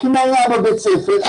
הקנייה בבית ספר,